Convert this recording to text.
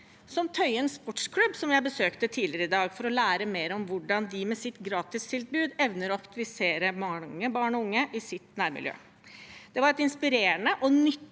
er Tøyen Sportsklubb, som jeg besøkte tidligere i dag for å lære mer om hvordan de med sitt gratistilbud evner å aktivisere mange barn og unge i sitt nærmiljø. Det var et inspirerende og nyttig